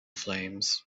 flames